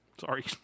Sorry